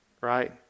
right